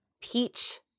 peach